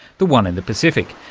the one in the pacific.